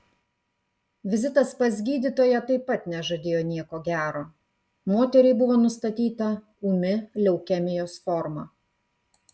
vizitas pas gydytoją taip pat nežadėjo nieko gero moteriai buvo nustatyta ūmi leukemijos forma